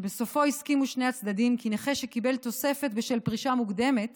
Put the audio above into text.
ובסופו הסכימו שני הצדדים כי נכה שקיבל תוספת בשל פרישה מוקדמת